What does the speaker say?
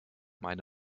meine